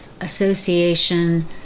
Association